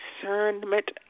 discernment